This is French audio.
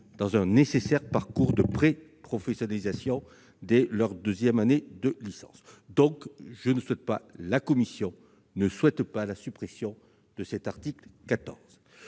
dans un nécessaire parcours de préprofessionnalisation dès leur deuxième année de licence. C'est pourquoi la commission ne souhaite pas la suppression de cet article.